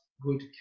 good